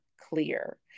clear